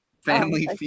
Family